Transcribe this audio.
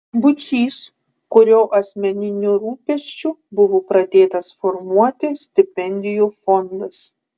būčys kurio asmeniniu rūpesčiu buvo pradėtas formuoti stipendijų fondas